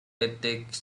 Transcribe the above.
ethics